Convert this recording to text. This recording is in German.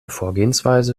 vorgehensweise